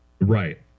right